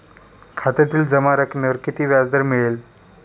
खात्यातील जमा रकमेवर किती व्याजदर मिळेल?